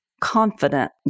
confident